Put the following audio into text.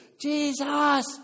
Jesus